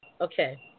Okay